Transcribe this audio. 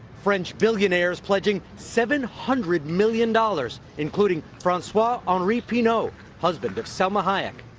french billionaires pledging seven hundred million dollars, including francois-henri pinault, husband of salma hayek.